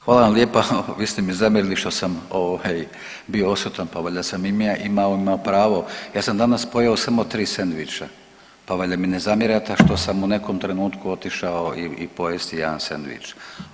Hvala vam lijepa, vi ste mi zamjerili što sam ovaj bio odsutan pa valjda sam i ja imao, imam pravo, ja sam danas pojeo samo 3 sendviča, pa valjda mi ne zamjerate što sam u nekom trenutku otišao i pojesti jedan sendvič.